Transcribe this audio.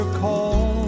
call